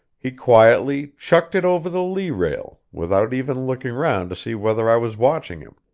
he quietly chucked it over the lee rail, without even looking round to see whether i was watching him.